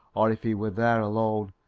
or if he were there alone,